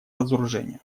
разоружению